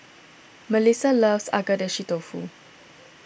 Mellissa loves Agedashi Dofu